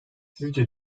sizce